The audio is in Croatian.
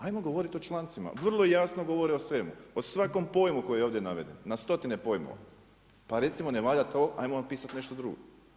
Ajmo govoriti o člancima, vrlo jasno govore o svemu, o svakom pojmu koji je ovdje naveden na stotine pojmova, pa recimo ne valja to ajmo napisati nešto drugo.